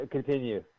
Continue